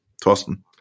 Thorsten